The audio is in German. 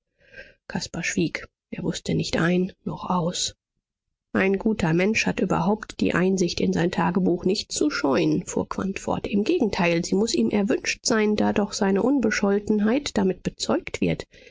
schwieg er wußte nicht ein noch aus ein guter mensch hat überhaupt die einsicht in sein tagebuch nicht zu scheuen fuhr quandt fort im gegenteil sie muß ihm erwünscht sein da doch seine unbescholtenheit damit bezeugt wird